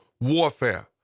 warfare